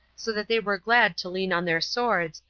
so that they were glad to lean on their swords,